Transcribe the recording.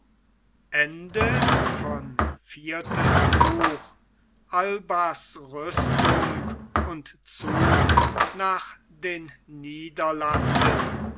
albas rüstung und zug nach den niederlanden